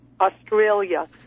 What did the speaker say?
Australia